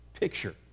picture